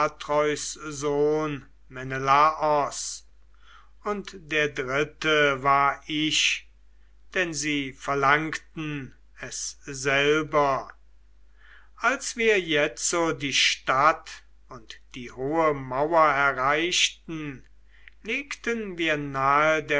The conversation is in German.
und der dritte war ich denn sie verlangten es selber als wir jetzo die stadt und die hohe mauer erreichten legten wir nahe